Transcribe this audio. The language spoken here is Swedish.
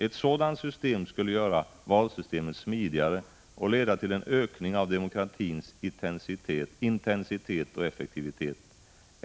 Ett sådant system skulle göra valsystemet smidigare och leda till en ökning av demokratins intensitet och effektivitet.